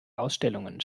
ausstellungen